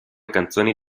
canzoni